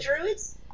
druids